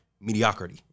mediocrity